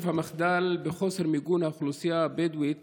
המחדל בחוסר מיגון האוכלוסייה הבדואית